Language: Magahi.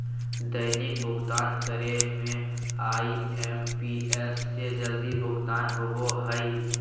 दैनिक भुक्तान करे में आई.एम.पी.एस से जल्दी भुगतान होबो हइ